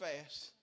fast